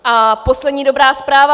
A poslední dobrá zpráva.